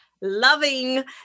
loving